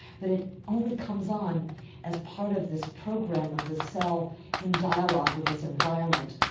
but it only comes on as part of this program of the cell in dialogue with its environment,